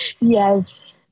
yes